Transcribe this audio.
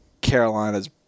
Carolina's